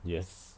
yes